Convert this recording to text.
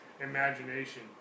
imagination